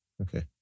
Okay